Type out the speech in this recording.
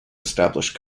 establish